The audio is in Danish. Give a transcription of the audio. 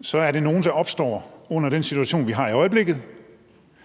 Så kan man sige, at det er nogle, der opstår i den situation, vi befinder os i i øjeblikket,